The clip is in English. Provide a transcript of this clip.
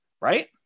right